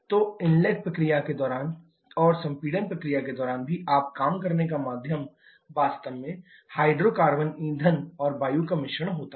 तो इनलेट प्रक्रिया के दौरान और संपीड़न प्रक्रिया के दौरान भी आपका काम करने का माध्यम वास्तव में हाइड्रोकार्बन ईंधन और वायु का मिश्रण होता है